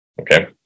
Okay